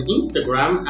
Instagram